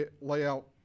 layout